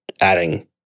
adding